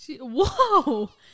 Whoa